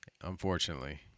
Unfortunately